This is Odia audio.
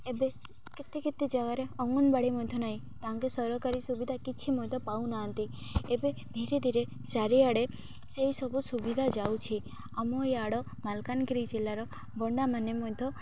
ଏବେ କେତେ କେତେ ଜାଗାରେ ଅଙ୍ଗନବାଡ଼ି ମଧ୍ୟ ନାହିଁ ତାଙ୍କେ ସରକାରୀ ସୁବିଧା କିଛି ମଧ୍ୟ ପାଉନାହାନ୍ତି ଏବେ ଧୀରେ ଧୀରେ ଚାରିଆଡ଼େ ସେଇ ସବୁ ସୁବିଧା ଯାଉଛି ଆମ ଇଆଡ଼ ମାଲକାନଗିରି ଜିଲ୍ଲାର ବଣ୍ଡାମାନେ ମଧ୍ୟ